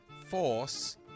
force